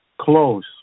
Close